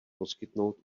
poskytnout